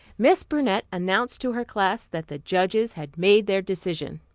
miss burnett announced to her class that the judges had made their decision.